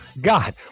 God